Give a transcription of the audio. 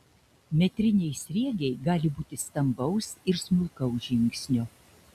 metriniai sriegiai gali būti stambaus ir smulkaus žingsnio